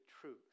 truth